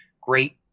great